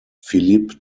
philippe